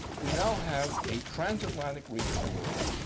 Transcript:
we now have a trans-atlantic region of the world,